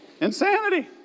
Insanity